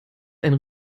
ein